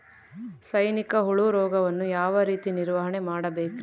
ಸೈನಿಕ ಹುಳು ರೋಗವನ್ನು ಯಾವ ರೇತಿ ನಿರ್ವಹಣೆ ಮಾಡಬೇಕ್ರಿ?